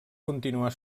continuar